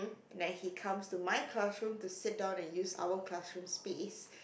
then he comes to my classroom to sit down and use our classroom space